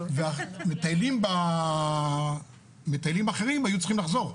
ומטיילים אחרים היו צריכים לחזור.